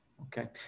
okay